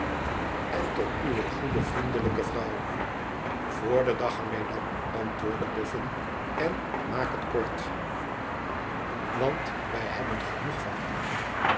en tot uwe goede vriendelijke vrouw voor den dag er mee dan antwoordde boffin len maak het kort want wij hebben genoeg van u